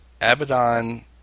Abaddon